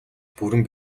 бүрэн